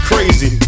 crazy